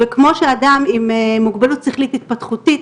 וכמו שאדם עם מוגבלות שכלית התפתחותית